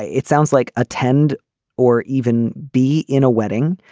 it sounds like attend or even be in a wedding.